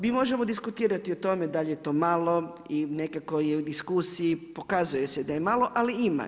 Mi možemo diskutirati o tome, da li je to malo i nekako u diskusiji, pokazuje se da je malo, ali ima.